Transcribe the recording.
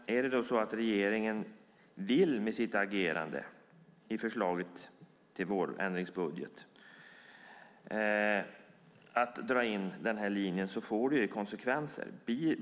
Är det då så att regeringen med sitt agerande i förslaget till vårändringsbudget vill dra in den här linjen så får det konsekvenser.